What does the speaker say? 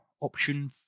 option